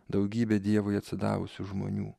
daugybė dievui atsidavusių žmonių